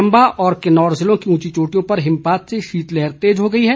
चंबा और किन्नौर जिलों की उंची चोटियों पर हिमपात से शीतलहर तेज हो गई है